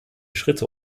schritte